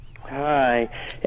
Hi